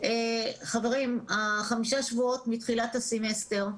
חברים, עברו חמישה שבועות מתחילת הסמסטר.